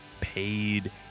paid